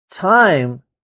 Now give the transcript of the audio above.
Time